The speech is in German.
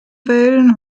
wählen